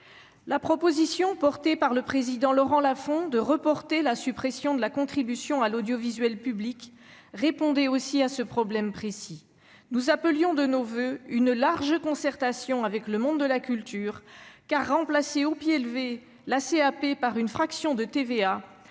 La proposition, promue par Laurent Lafon, de reporter la suppression de la contribution à l'audiovisuel public (CAP) répondait aussi à ce problème précis. Nous appelions de nos voeux une large concertation avec le monde de la culture, car remplacer, au pied levé, la CAP par une fraction de TVA